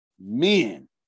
men